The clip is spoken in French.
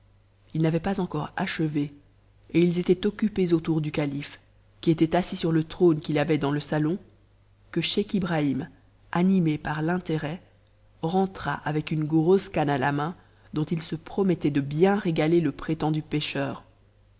ils n'avaient pas encore achevé et ils étaient occupés autour du calife qui était assis sur le trône qu'il avait dans le salon que scheich ibrahim animé par tinterêt rentra avec une grosse canne à la main dont il se promettait te bien régaler le prétendu pêcheur